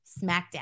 smackdown